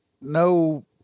no